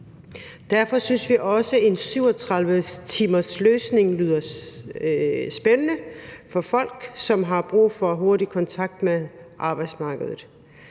Derfor synes vi også, at en 37-timersløsning lyder spændende for folk, som har brug for hurtig kontakt med arbejdsmarkedet.